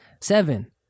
Seven